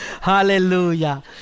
Hallelujah